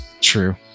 True